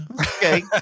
okay